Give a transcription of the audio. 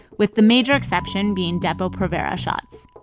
with the major exception being depo-provera shots.